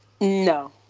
No